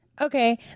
Okay